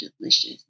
delicious